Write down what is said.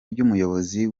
ry’umuyobozi